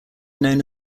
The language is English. known